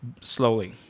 slowly